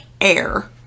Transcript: air